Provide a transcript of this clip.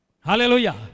Hallelujah